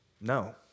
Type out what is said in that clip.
No